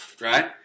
right